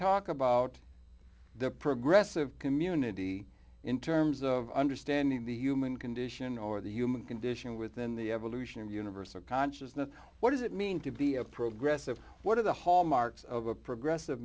talk about the progressive community in terms of understanding the human condition or the human condition within the evolution of the universe of consciousness what does it mean to be a progress of what are the hallmarks of a progressive